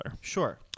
Sure